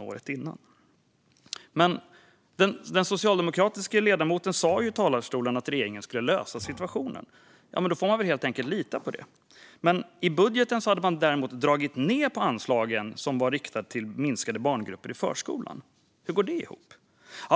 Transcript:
året innan. Den socialdemokratiska ledamoten sa ju i talarstolen att regeringen skulle lösa situationen - då får man väl helt enkelt lita på det. I budgeten hade man däremot dragit ned på anslagen som var riktade till minskade barngrupper i förskolan. Hur går det ihop?